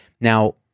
Now